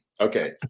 Okay